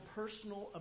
personal